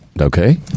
okay